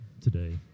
today